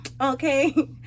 okay